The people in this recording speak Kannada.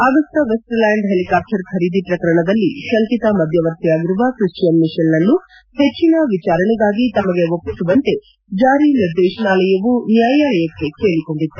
ಅಗಸ್ತಾ ವೆಸ್ಟ್ಲ್ನಾಂಡ್ ಹೆಲಿಕಾಪ್ಸರ್ ಖರೀದಿ ಪ್ರಕರಣದಲ್ಲಿ ಶಂಕಿತ ಮಧ್ಯವರ್ತಿಯಾಗಿರುವ ಕ್ರಿಶ್ಚಿಯನ್ ಮಿಷೆಲ್ನನ್ನು ಹೆಚ್ಚಿನ ವಿಚಾರಣೆಗಾಗಿ ತಮಗೆ ಒಪ್ಪಿಸುವಂತೆ ಜಾರಿ ನಿರ್ದೇಶನಾಲಯವು ನ್ಯಾಯಾಲಯಕ್ಕೆ ಕೇಳಿಕೊಂಡಿತ್ತು